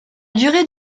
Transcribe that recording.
durée